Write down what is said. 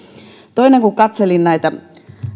toiseksi kun katselin näitä